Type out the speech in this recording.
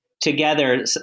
Together